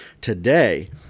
today